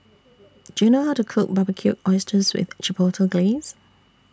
Do YOU know How to Cook Barbecued Oysters with Chipotle Glaze